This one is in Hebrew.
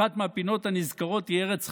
אחת מהפינות הנזכרות היא ארץ חבש.